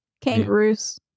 Kangaroos